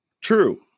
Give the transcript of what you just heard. True